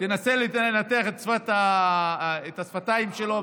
תנסה לנתח את שפת השפתיים שלו,